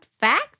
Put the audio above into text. facts